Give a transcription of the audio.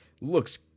looks